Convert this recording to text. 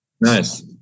Nice